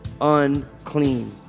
unclean